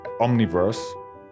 Omniverse